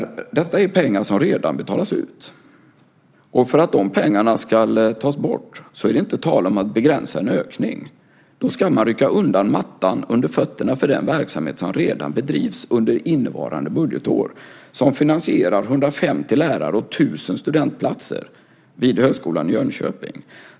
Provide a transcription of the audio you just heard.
Detta är pengar som redan betalas ut. För att de pengarna ska tas bort är det inte tal om att begränsa en ökning. Då ska man rycka undan mattan under fötterna för den verksamhet som redan bedrivs under innevarande budgetår. Det finansierar 150 lärare och 1 000 studentplatser vid Högskolan i Jönköping.